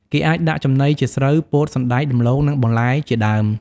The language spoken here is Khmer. គេអាចដាក់ចំណីជាស្រូវ ពោត សណ្តែក ដំឡូង និងបន្លែជាដើម។